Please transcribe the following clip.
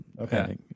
Okay